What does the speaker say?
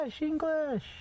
English